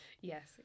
Yes